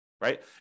right